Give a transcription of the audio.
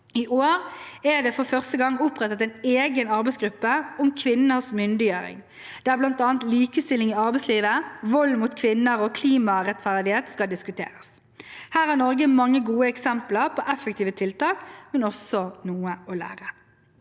I år er det for første gang opprettet en egen arbeidsgruppe om kvinners myndiggjøring, der bl.a. likestilling i arbeidslivet, vold mot kvinner og klimarettferdighet skal diskuteres. Her har Norge mange gode eksempler på effektive tiltak, men også noe å lære.